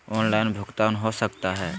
Online भुगतान हो सकता है?